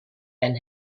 and